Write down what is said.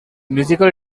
musical